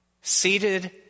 Seated